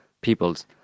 peoples